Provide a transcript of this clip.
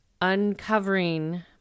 uncovering